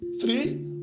three